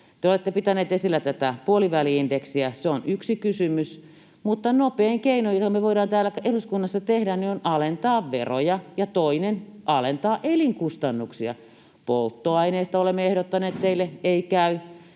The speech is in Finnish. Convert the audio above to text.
Te olette pitänyt esillä tätä puoliväli-indeksiä. Se on yksi kysymys, mutta nopein keino, joka me voidaan täällä eduskunnassa tehdä, on alentaa veroja ja toinen: alentaa elinkustannuksia. Polttoaineista olemme ehdottaneet teille — ei käy.